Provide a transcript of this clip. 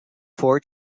four